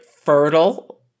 fertile